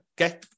okay